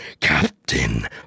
Captain